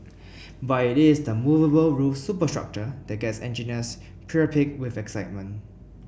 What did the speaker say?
but it is the movable roof superstructure that gets engineers priapic with excitement